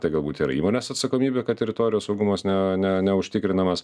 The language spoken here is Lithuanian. tai galbūt yra įmonės atsakomybė kad teritorijos saugumas ne ne neužtikrinamas